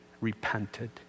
repented